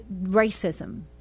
racism